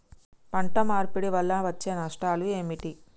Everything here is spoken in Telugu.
పంట మార్పిడి వల్ల వచ్చే నష్టాలు ఏమిటి?